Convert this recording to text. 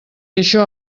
això